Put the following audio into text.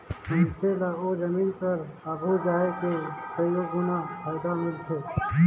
मइनसे ल ओ जमीन कर आघु जाए के कइयो गुना फएदा मिलथे